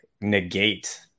negate